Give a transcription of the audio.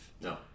no